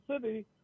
City